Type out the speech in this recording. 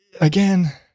again